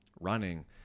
running